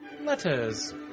Letters